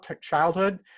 childhood